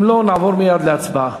אם לא, נעבור מייד להצבעה.